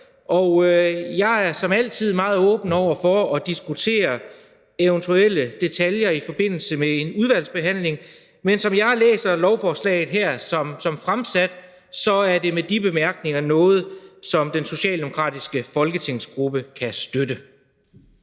og jeg er som altid meget åben over for at diskutere eventuelle detaljer i forbindelse med en udvalgsbehandling, men som jeg læser lovforslaget som fremsat her, er det med de bemærkninger noget, som den socialdemokratiske folketingsgruppe kan støtte.